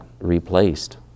replaced